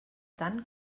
tant